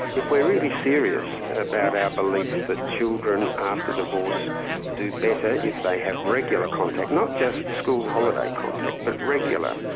if we're really serious about our belief that children after divorce do better if they have regular contact, not just school holiday contact, but regular,